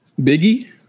biggie